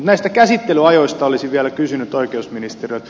näistä käsittelyajoista olisin vielä kysynyt oikeusministeriltä